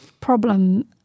problem